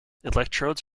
electrodes